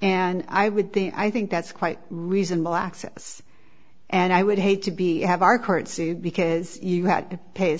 and i would think i think that's quite reasonable access and i would hate to be have our current sued because you had to pay a